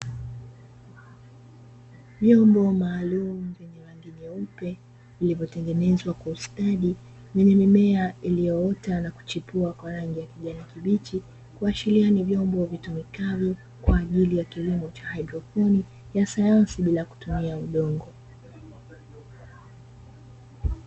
Vyombo maalumu vyenye rangi nyeupe , vilivyotengenezwa kwa ustadi yenye mimea iliyoota na kuchipuwa kwa rangi ya kijani kibichi, kuashiria ni vyombo vitumikavyo kwa ajili ya kilimo cha haidroponi ya sayansi bila kutumia udongo.